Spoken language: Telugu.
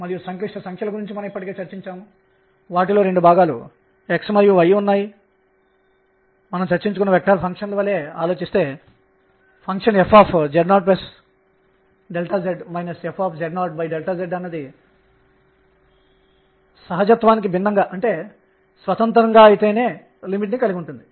ఇది ఒక పూర్ణాంకం దీనిని nr h గా పిలుద్ధాం మరియు pdφ అనేది కొన్ని nh లకు సమానంగా ఉంటుంది